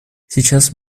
сейчас